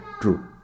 true